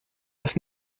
was